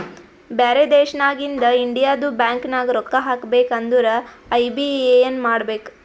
ಬ್ಯಾರೆ ದೇಶನಾಗಿಂದ್ ಇಂಡಿಯದು ಬ್ಯಾಂಕ್ ನಾಗ್ ರೊಕ್ಕಾ ಹಾಕಬೇಕ್ ಅಂದುರ್ ಐ.ಬಿ.ಎ.ಎನ್ ಬೇಕ್